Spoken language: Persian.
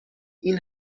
این